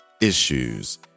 issues